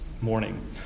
morning